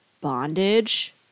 bondage